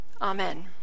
Amen